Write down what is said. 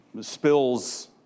spills